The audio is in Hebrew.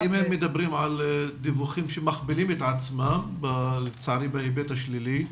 אם הם מדברים על דיווחים שמכפילים את עצמם לצערי בהיבט השלילי,